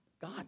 God